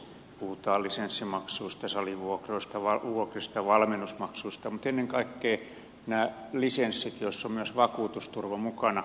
puhutaan lisenssimaksuista salivuokrista valmennusmaksuista mutta ennen kaikkea näistä lisensseistä joissa on myös vakuutusturva mukana